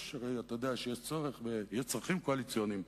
אתה יודע, יש צרכים קואליציוניים.